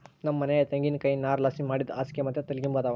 ನಮ್ ಮನ್ಯಾಗ ತೆಂಗಿನಕಾಯಿ ನಾರ್ಲಾಸಿ ಮಾಡಿದ್ ಹಾಸ್ಗೆ ಮತ್ತೆ ತಲಿಗಿಂಬು ಅದಾವ